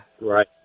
Right